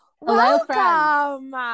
Welcome